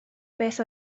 beth